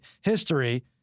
history